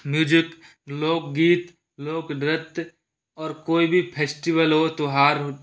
music लोकगीत लोक नृत्य और कोई भी फेस्टिवल हो त्यौहार हो